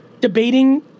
Debating